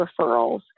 referrals